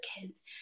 kids